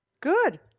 Good